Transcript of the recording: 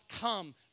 come